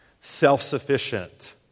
self-sufficient